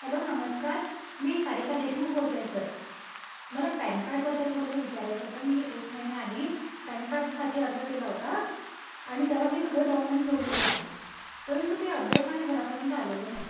hello नमस्कार मी सारिका देशमुख बोलत आहे सर मला पॅन कार्डबद्दल थोडंसं विचारायचं होतं मी एक महिन्याआधी पॅन कार्डसाठी अर्ज केला होता आणि त्याला मी सगळे डॉक्युमेंट जोडलेले आहे परंतु ते अद्याप माझ्या घरापर्यंत आलेलं नाही